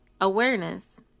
awareness